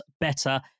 better